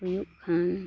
ᱦᱩᱭᱩᱜ ᱠᱷᱟᱱ